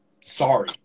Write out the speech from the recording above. sorry